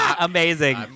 amazing